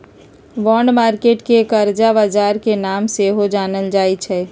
bond market के करजा बजार के नाम से सेहो जानल जाइ छइ